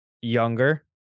younger